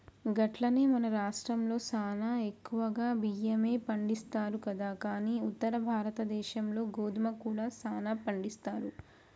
గట్లనే మన రాష్ట్రంలో సానా ఎక్కువగా బియ్యమే పండిస్తారు కదా కానీ ఉత్తర భారతదేశంలో గోధుమ కూడా సానా పండిస్తారు